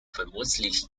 vermutlich